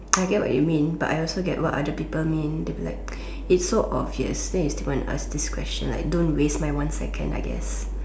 I get what you mean but I also get what other people mean they will be like its so obvious then you still want to ask this question like don't waste my one second I guess